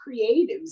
creatives